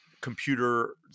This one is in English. computer